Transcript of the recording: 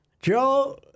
Joe